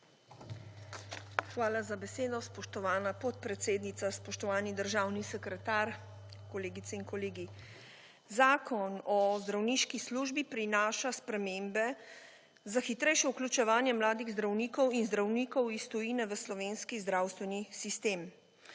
Hvala za besedo, spoštovana podpredsednica. Spoštovani državni sekretar, kolegice in kolegi! Zakon o zdravniški službi prinaša spremembe za hitrejše vključevanje mladih zdravnikov in zdravnikov iz tujine v slovenski zdravstveni sistem.